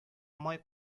май